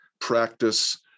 practice